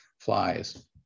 flies